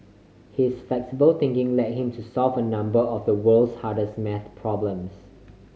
his flexible thinking led him to solve a number of the world's hardest math problems